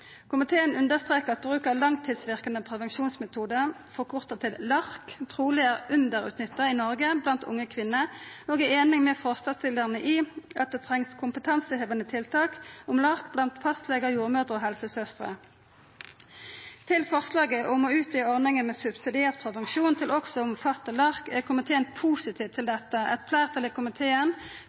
Komiteen understreker at bruk av langstidsverkande prevensjonsmetodar, forkorta til LARC, truleg er underutnytta i Noreg blant unge kvinner, og er einig med forslagsstillarane i at det trengst kompetansehevande tiltak om LARC blant fastlegar, jordmødrer og helsesøstrer. Forslaget om å utvida ordninga med subsidiert prevensjon til også å omfatta LARC er komiteen positiv til. Eit fleirtal i komiteen,